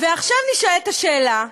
ועכשיו נשאלת השאלה: